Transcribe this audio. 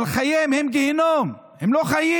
אבל חייהם הם גיהינום, הם לא חיים,